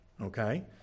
Okay